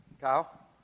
Kyle